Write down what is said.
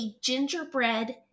gingerbread